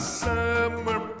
summer